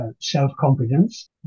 self-confidence